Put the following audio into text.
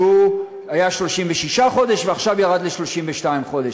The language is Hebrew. שהיה 36 חודש ועכשיו ירד ל-32 חודש.